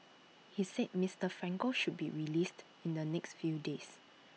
he said Mister Franco should be released in the next few days